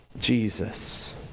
Jesus